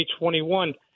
2021